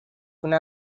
una